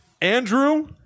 Andrew